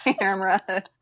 camera